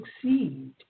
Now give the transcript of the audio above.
succeed